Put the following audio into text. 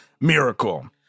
miracle